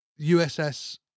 uss